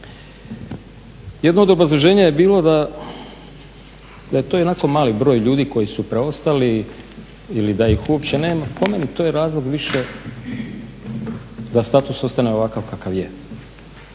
Jedno od obrazloženja je bilo da je to ionako mali broj ljudi koji su preostali ili da ih uopće nema. Po meni to je razlog više da status ostane ovakav kakav je.